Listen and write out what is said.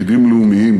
תפקידים לאומיים.